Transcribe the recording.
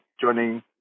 joining